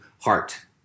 heart